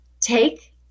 take